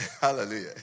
Hallelujah